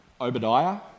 Obadiah